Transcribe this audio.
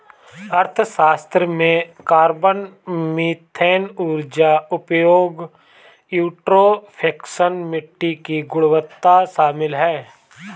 अर्थशास्त्र में carbon, methane ऊर्जा उपयोग, यूट्रोफिकेशन, मिट्टी की गुणवत्ता शामिल है